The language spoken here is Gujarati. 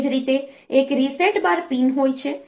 એ જ રીતે એક RESET બાર પિન હોય છે